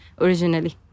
originally